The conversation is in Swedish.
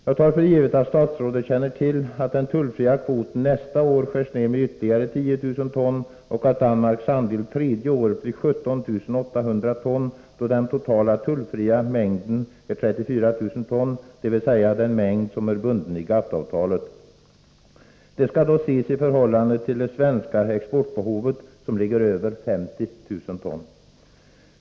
Jag tar för givet att statsrådet känner till att den tullfria kvoten nästa år skärs ned med ytterligare 10 000 ton och att Danmarks andel tredje året blir 17 800 ton då den totala tullfria mängden är 34 000 ton, dvs. den mängd som är bunden i GATT-avtalet. Det skall ses i förhållande till det svenska exportbehovet, som ligger över 50 000 ton.